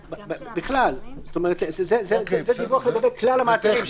זה דיווח לגבי כלל המעצרים,